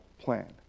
plan